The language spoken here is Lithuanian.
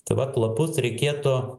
tai vat lapus reikėtų